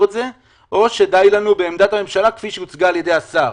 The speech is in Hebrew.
את זה או שדי לנו בעמדת הממשלה כפי שהוצגה על ידי השר.